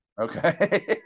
Okay